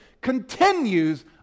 continues